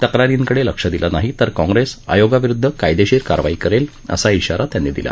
तक्रारींकडे लक्ष दिलं नाही तर काँग्रेस आयोगाविरुद्ध कायदेशीर कारवाई करेल असा इशारा त्यांनी दिला